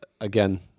again